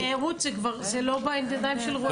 רות, זה כבר לא בידיים של רועי.